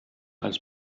als